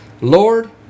Lord